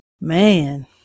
Man